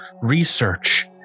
research